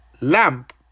lamp